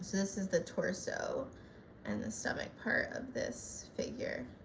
this is the torso and the stomach part of this figure